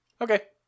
Okay